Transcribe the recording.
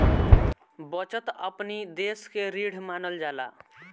बचत अपनी देस के रीढ़ मानल जाला